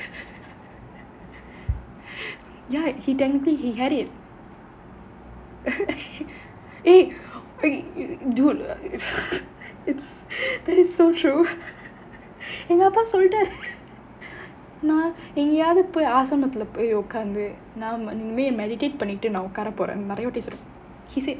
ya dude that is so true எங்க அப்பா சொல்லிட்டாரு நான் எங்காவது போய் ஆஸ்திரமத்துல போய் உட்கார்ந்து நான் இனிமே:enga appa sollittaaru naan engaavathu poyi aasthiramathula poyi udkaarnthu naan inimae meditate பண்ணிட்டே நான் உட்கார போறேன் நிறைய வாட்டி சொல்லிட்டாரு:pannittae naan udkaara poraen niraiya vaatti sollitaaru